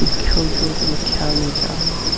مےٚ کھیٚو چٮ۪و تہِ مےٚ کھیاونٲوۍ چاونٲوۍ تہِ